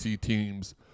teams